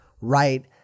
right